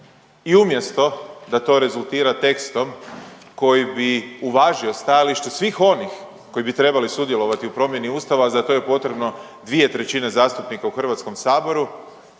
i umjesto da to rezultira tekstom koji bi uvažio stajalište svih onih koji bi trebali sudjelovati u promjeni ustava, a za to je potrebno 2/3 zastupnika u HS, tekst